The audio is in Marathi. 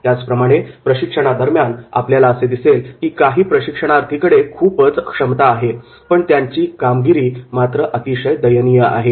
त्याचप्रमाणे प्रशिक्षणादरम्यान आपल्याला असे दिसेल की काही प्रशिक्षणार्थीकडे खूपच क्षमता आहे पण त्यांची कामगिरी मात्र अतिशय दयनीय आहे